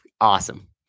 Awesome